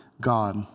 God